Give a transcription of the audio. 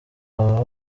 aba